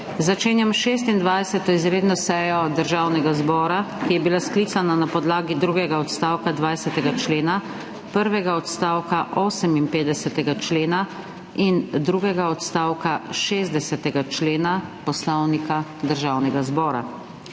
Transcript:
začenjam 26. izredno sejo Državnega zbora, ki je bila sklicana na podlagi drugega odstavka 20. člena, prvega odstavka 58. člena in drugega odstavka 60. člena Poslovnika Državnega zbora.